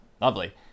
Lovely